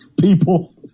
people